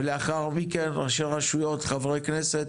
ולאחר מכן ראשי רשויות, חברי כנסת